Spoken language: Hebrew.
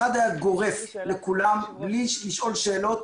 אחד היה גורף לכולם בלי לשאול שאלות,